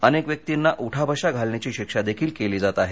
अनेक व्यक्तींना उठा बशा घालण्याची शिक्षा देखील केली जात आहे